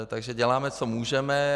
Takže děláme, co můžeme.